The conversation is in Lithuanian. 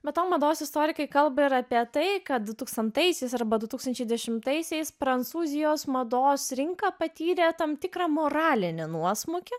be to mados istorikai kalba ir apie tai kad dutūkstantaisiais arba du tūkstančiai dešimtaisiais prancūzijos mados rinka patyrė tam tikrą moralinį nuosmukį